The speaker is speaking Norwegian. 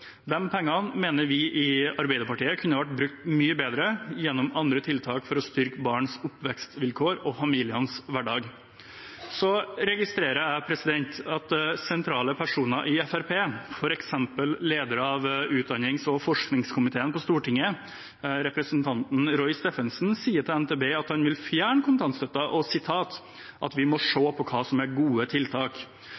pengene mener vi i Arbeiderpartiet kunne vært brukt mye bedre gjennom andre tiltak for å styrke barns oppvekstvilkår og familienes hverdag. Jeg registrerer at en sentral person i Fremskrittspartiet og leder av utdannings- og forskningskomiteen på Stortinget, representanten Roy Steffensen, sier til NTB at han vil fjerne kontantstøtten, og at vi må